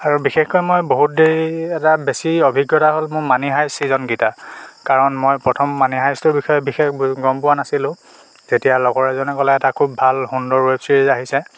আৰু বিশেষকৈ মই বহুত দেৰি এটা বেছি অভিজ্ঞতা হ'ল মোৰ মনি হায়েষ্ট ছিজনকেইটাত কাৰণ মই প্ৰথম মনি হায়েষ্ট বিষয়ে বিশেষ গ'ম পোৱা নাছিলো যেতিয়া লগৰ এজনে ক'লে এটা খুব ভাল সুন্দৰ ৱেব ছিৰিজ আহিছে